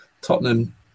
Tottenham